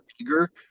eager